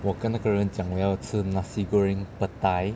我跟那个人讲我要吃 nasi goreng pad thai